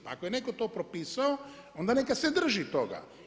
Pa ako je netko to propisao, onda neka se drži toga.